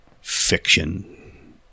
fiction